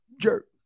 Jerk